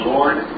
Lord